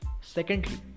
Secondly